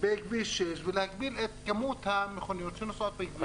בכביש 6 ולהגביל את כמות המכוניות שנוסעות בכביש.